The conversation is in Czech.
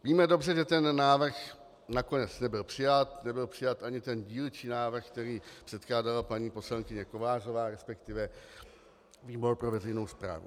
Víme dobře, že ten návrh nakonec nebyl přijat, nebyl přijat ani ten dílčí návrh, který předkládala paní poslankyně Kovářová, resp. výbor pro veřejnou správu.